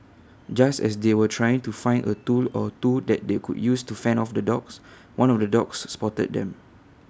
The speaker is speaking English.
just as they were trying to find A tool or two that they could use to fend off the dogs one of the dogs spotted them